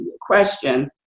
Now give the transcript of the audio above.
question